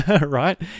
Right